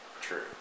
true